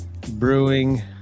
brewing